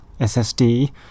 SSD